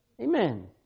Amen